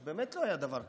באמת לא היה דבר כזה.